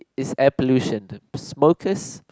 it's air pollution smokers